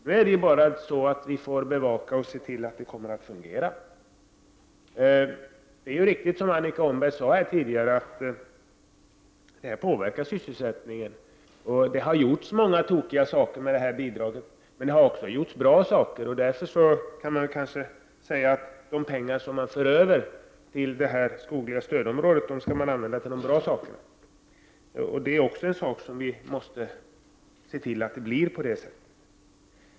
Nu får vi bevaka det hela och se till att det kommer att fungera. Precis som Annika Åhnberg sade tidigare är det riktigt att ett borttagande av detta bidrag kommer att påverka sysselsättningen. Det har gjorts många tokiga saker med det här bidraget, men det har också gjorts bra saker. Därför kan man säga att de pengar som förs över till det skogliga stödområdet skall användas till de bra sakerna. Det är också något som vi måste bevaka.